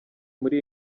muri